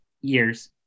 years